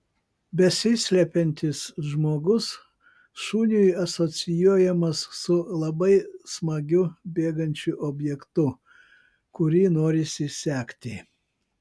besislepiantis žmogus šuniui asocijuojamas su labai smagiu bėgančiu objektu kurį norisi sekti